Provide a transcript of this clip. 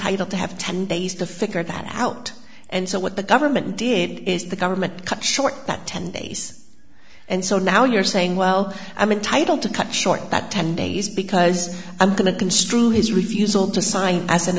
entitled to have ten days to figure that out and so what the government did is the government cut short that ten days and so now you're saying well i'm entitle to cut short that ten days because i'm going to construe his refusal to sign as an